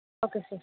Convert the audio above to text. okay sir